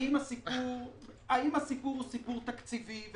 האם הסיפור הוא סיפור תקציבי?